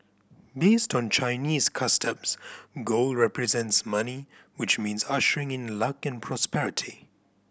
based on Chinese customs gold represents money which means ushering in luck and prosperity